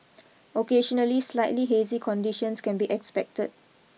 occasionally slightly hazy conditions can be expected